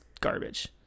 garbage